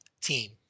team